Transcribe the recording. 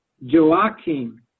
Joachim